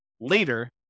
later